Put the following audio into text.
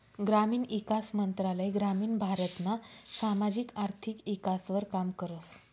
ग्रामीण ईकास मंत्रालय ग्रामीण भारतना सामाजिक आर्थिक ईकासवर काम करस